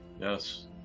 yes